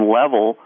level